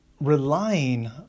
relying